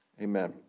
amen